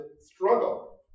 struggle